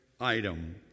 item